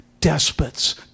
despots